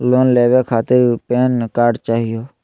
Loan लेवे खातीर PAN card चाहियो?